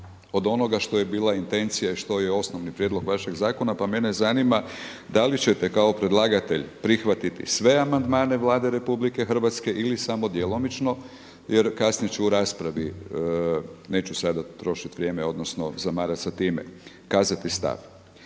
od onoga što je bila intencija i što je osnovni prijedlog vašeg zakona. Pa mene zanima, da li ćete kao predlagatelj prihvatiti sve amandmane Vlade RH ili samo djelomično? Jer kasnije ću u raspravi, neću sada trošiti vrijeme odnosno zamarati sa time, kazati stav.